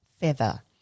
Feather